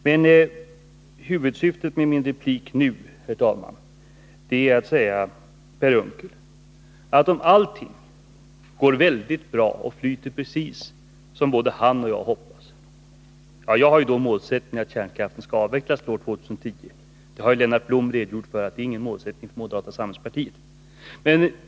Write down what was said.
Men huvudsyftet med min replik, herr talman, är att jag vill säga till Per Unckel att det är bra, om allting kommer att flyta precis så som både han och jag hoppas — det gäller även om jag har målsättningen att kärnkraften skall avvecklas till år 2010, medan moderata samlingspartiet, som Lennart Blom redogjort för, inte har denna målsättning.